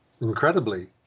incredibly